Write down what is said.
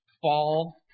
fall